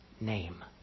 name